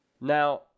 Now